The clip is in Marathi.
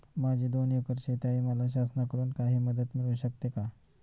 माझी दोन एकर शेती आहे, मला शासनाकडून काही मदत मिळू शकते का?